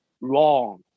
wrong